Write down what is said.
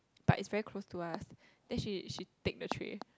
but it's very close to us then she she take the tray